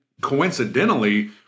coincidentally